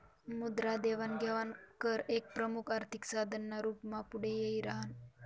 मुद्रा देवाण घेवाण कर एक प्रमुख आर्थिक साधन ना रूप मा पुढे यी राह्यनं